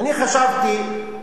אני חשבתי,